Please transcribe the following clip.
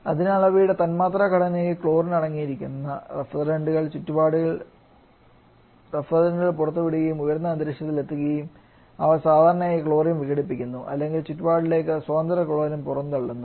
അതിനാൽ അവയുടെ തന്മാത്രാ ഘടനയിൽ ക്ലോറിൻ അടങ്ങിയിരിക്കുന്ന റഫ്രിജറന്റുകൾ ചുറ്റുപാടുകളിൽ റഫ്രിജറന്റുകൾ പുറത്തുവിടുകയും ഉയർന്ന അന്തരീക്ഷത്തിൽ എത്തുമ്പോൾ അവ സാധാരണയായി ക്ലോറിൻ വിഘടിപ്പിക്കുന്നു അല്ലെങ്കിൽ ചുറ്റുപാടിലേക്ക് സ്വതന്ത്ര ക്ലോറിൻ പുറന്തള്ളുന്നു